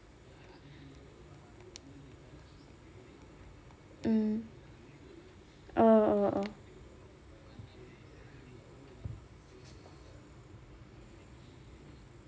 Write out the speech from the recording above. mm oh oh oh